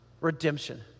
Redemption